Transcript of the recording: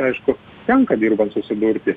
aišku tenka dirbant susidurti